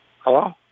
Hello